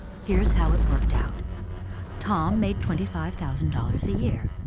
here's how it worked out tom made twenty five thousand dollars a year,